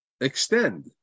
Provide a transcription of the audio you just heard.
extend